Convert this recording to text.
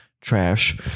trash